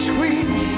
Sweet